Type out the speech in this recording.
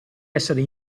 essere